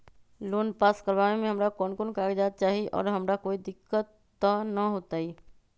Loan pass करवावे में हमरा कौन कौन कागजात चाही और हमरा कोई दिक्कत त ना होतई?